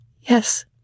Yes